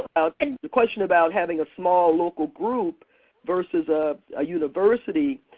and the question about having a small local group verses ah a university,